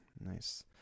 Nice